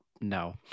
no